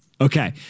Okay